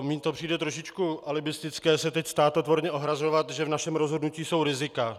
Mně to přijde trošičku alibistické se teď státotvorně ohrazovat, že v našem rozhodnutí jsou rizika.